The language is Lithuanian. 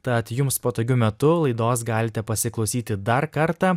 tad jums patogiu metu laidos galite pasiklausyti dar kartą